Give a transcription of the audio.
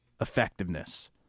effectiveness